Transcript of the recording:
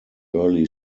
early